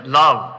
love